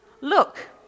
look